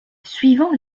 suivant